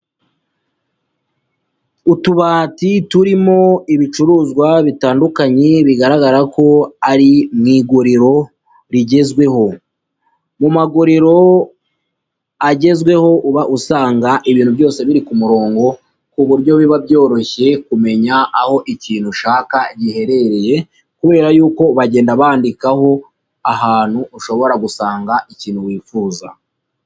Utubati turimo ibicuruzwa bitandukanye bigaragara ko ari mu iguriro rigezweho. Mu maguriro agezweho uba usanga ibintu byose biri ku murongo ku buryo biba byoroshye kumenya aho ikintu ushaka giherereye, kubera yuko bagenda bandikaho ahantu ushobora gusanga ikintu wifuza.